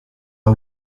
her